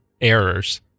errors